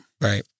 Right